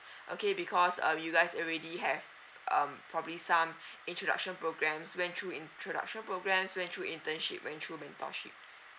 okay because uh you guys already have um probably some introduction programs went through introduction programs went through internship went through mentorships